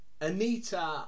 Anita